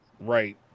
Right